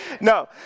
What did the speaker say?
no